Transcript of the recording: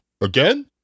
Again